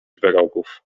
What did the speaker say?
wrogów